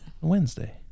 Wednesday